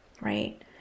right